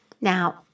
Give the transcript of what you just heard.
Now